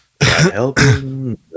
helping